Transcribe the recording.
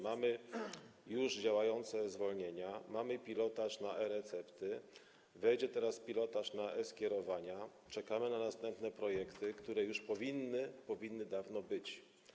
Mamy już działające e-zwolnienia, mamy pilotaż na e-recepty, wejdzie teraz pilotaż na e-skierowania, czekamy na następne projekty, które już powinny dawno być.